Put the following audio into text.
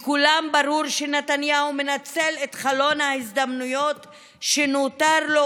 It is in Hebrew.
לכולם ברור שנתניהו מנצל את חלון ההזדמנויות שנותר לו,